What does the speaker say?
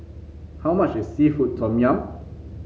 how much is seafood Tom Yum